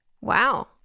Wow